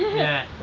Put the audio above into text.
yeah.